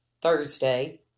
Thursday